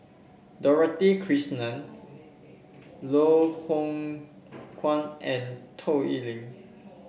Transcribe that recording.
Dorothy Krishnan Loh Hoong Kwan and Toh Liying